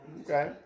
Okay